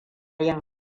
yin